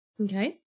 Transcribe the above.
Okay